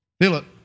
Philip